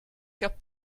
have